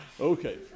Okay